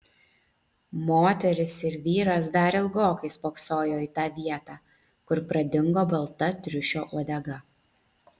moteris ir vyras dar ilgokai spoksojo į tą vietą kur pradingo balta triušio uodega